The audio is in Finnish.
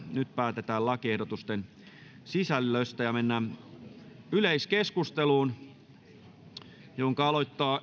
nyt päätetään lakiehdotusten sisällöstä mennään yleiskeskusteluun jonka aloittaa